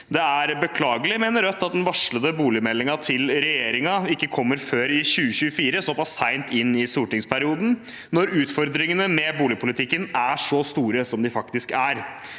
Det er beklagelig, mener Rødt, at den varslede boligmeldingen til regjeringen ikke kommer før i 2024, såpass sent i stortingsperioden, når utfordringene med boligpolitikken er så store som de faktisk er.